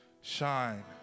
shine